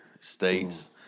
states